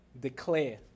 declare